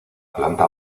planta